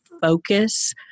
focus